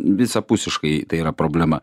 visapusiškai tai yra problema